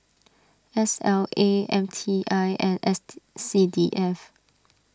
S L A M T I and S C D F